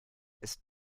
ist